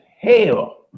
hell